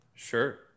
Sure